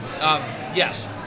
Yes